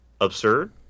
absurd